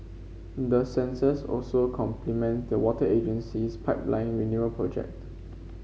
the sensors also complement the water agency's pipeline renewal project